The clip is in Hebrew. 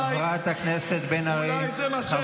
חבר הכנסת כץ.